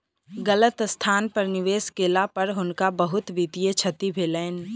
गलत स्थान पर निवेश केला पर हुनका बहुत वित्तीय क्षति भेलैन